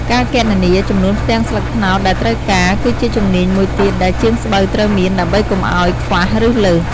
ការគណនា ចំនួនផ្ទាំងស្លឹកត្នោតដែលត្រូវការ គឺជាជំនាញមួយទៀតដែលជាងស្បូវត្រូវមាន ដើម្បីកុំឲ្យខ្វះ ឬលើស។